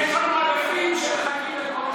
יש לנו אלפים שמחכים לדברים האלה,